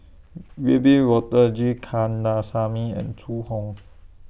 Wiebe Wolters G Kandasamy and Zhu Hong